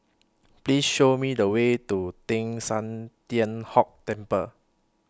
Please Show Me The Way to Teng San Tian Hock Temple